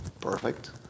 Perfect